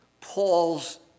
Paul's